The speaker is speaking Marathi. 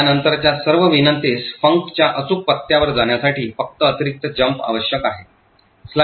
त्यानंतरच्या सर्व विनंतीस func च्या अचूक पत्त्यावर जाण्यासाठी फक्त अतिरिक्त jump आवश्यक आहे